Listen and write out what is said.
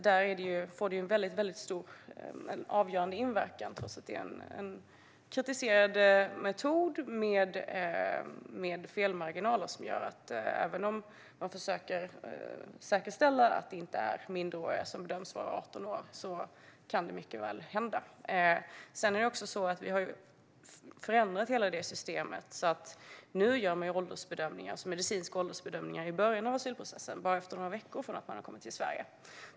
Då får åldersbedömningar avgörande inverkan, trots att det är en kritiserad metod med felmarginaler som gör att minderåriga mycket väl kan bedömas vara 18 år även om man försöker säkerställa att det inte ska hända. Vi har också förändrat hela det systemet. Nu görs medicinska åldersbedömningar i början av asylprocessen, bara några veckor efter att man har kommit till Sverige.